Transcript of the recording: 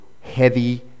heavy